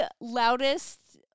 loudest